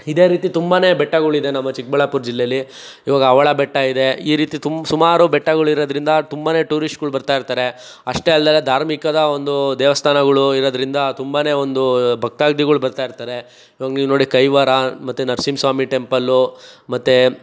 ಇದೇ ರೀತಿ ತುಂಬನೇ ಬೆಟ್ಟಗಳಿದೆ ನಮ್ಮ ಚಿಕ್ಕಬಳ್ಳಾಪುರ ಜಿಲ್ಲೆಯಲ್ಲಿ ಈವಾಗ ಅವಳ ಬೆಟ್ಟ ಇದೆ ಈ ರೀತಿ ತುಂಬ ಸುಮಾರು ಬೆಟ್ಟಗಳಿರೋದ್ರಿಂದ ತುಂಬನೇ ಟೂರಿಸ್ಟ್ಗಳು ಬರ್ತಾಯಿರ್ತಾರೆ ಅಷ್ಟೇ ಅಲ್ಲದೇ ಧಾರ್ಮಿಕದ ಒಂದು ದೇವಸ್ಥಾನಗಳು ಇರೋದ್ರಿಂದ ತುಂಬನೇ ಒಂದು ಭಕ್ತಾದಿಗಳು ಬರ್ತಾಯಿರ್ತಾರೆ ಈವಾಗ ನೀವು ನೋಡಿ ಕೈವಾರ ಮತ್ತೆ ನರಸಿಂಹ ಸ್ವಾಮಿ ಟೆಂಪಲ್ಲು ಮತ್ತೆ